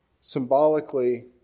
symbolically